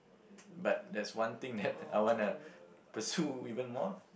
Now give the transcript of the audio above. but there's one thing that I wanna pursue even more lah